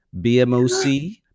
bmoc